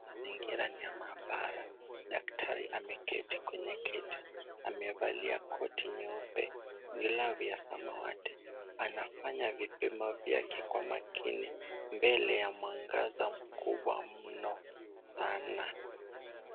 Mazingira ni ya maabara. Daktari ameketi kwenye kiti, amevalia koti nyeupe, glavu ya samawati. Anafanya vipimo vyake kwa makini mbele ya mwangaza mkubwa mno pana.